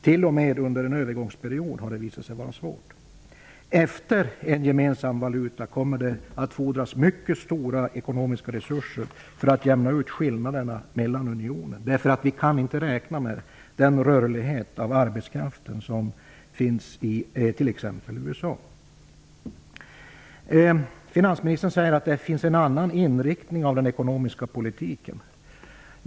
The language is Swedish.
T.o.m. under en övergångsperiod har det visat sig vara svårt. Efter det att man har infört en gemensam valuta kommer det att fordras mycket stora ekonomiska resurser för att jämna ut skillnaderna i unionen. Vi kan inte räkna med den rörlighet av arbetskraften som t.ex. finns i USA. Finansministern säger att det finns en annan inriktning av den ekonomiska politiken.